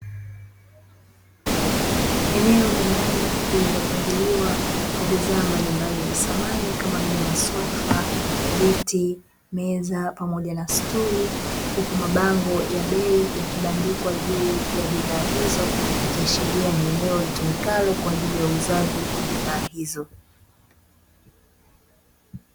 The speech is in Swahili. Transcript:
Eneo la ndani lililopangiliwa kwa bidhaa mbalimbali za samani, kama vile: masofa, viti, meza, pamoja na stuli. Huku mabango ya bei yakibandikwa juu ya bidhaa hizo, ikiashiria ni eneo ulitumikalo kwa ajili ya uuzaji wa bidhaa hizo.